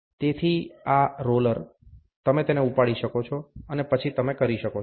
તેથી આ રોલર તમે તેને ઉપાડી શકો છો અને પછી તમે કરી શકો છો